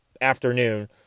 afternoon